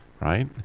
right